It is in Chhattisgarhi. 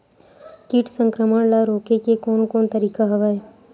कीट संक्रमण ल रोके के कोन कोन तरीका हवय?